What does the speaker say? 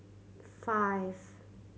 five